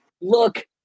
look